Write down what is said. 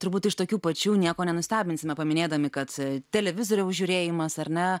turbūt iš tokių pačių nieko nenustebinsime paminėdami kad televizoriaus žiūrėjimas ar ne